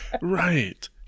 Right